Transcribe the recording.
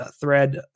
thread